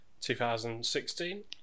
2016